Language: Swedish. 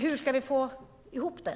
Hur ska vi få ihop det?